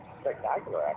spectacular